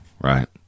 right